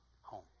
home